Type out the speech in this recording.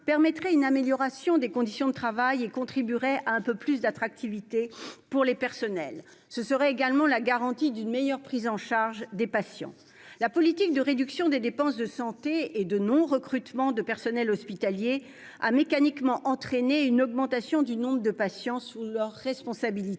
permettrait une amélioration des conditions de travail et contribuerait à rendre les métiers un peu plus attractifs pour les personnels. Ce serait également la garantie d'une meilleure prise en charge des patients. La politique de réduction des dépenses de santé et de non-recrutement de personnel hospitalier a mécaniquement entraîné une augmentation du nombre de patients sous la responsabilité